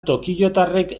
tokiotarrek